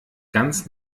ganz